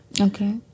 okay